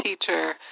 teacher